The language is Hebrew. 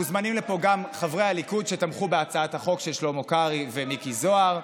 מוזמנים לפה גם חברי הליכוד שתמכו בהצעת החוק של שלמה קרעי ומיקי זוהר.